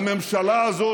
הממשלה הזאת,